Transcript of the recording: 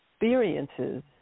experiences